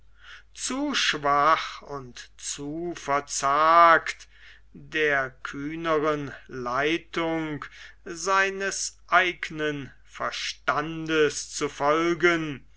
zu schwach und zu verzagt der kühneren leitung seines eignen verstandes zu folgen